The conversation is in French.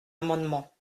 amendement